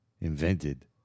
invented